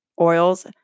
oils